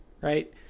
right